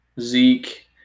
Zeke